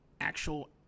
actual